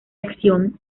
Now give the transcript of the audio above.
acción